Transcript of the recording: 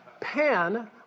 Pan